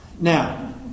Now